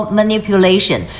manipulation